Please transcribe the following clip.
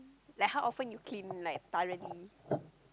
like how often you clean like thoroughly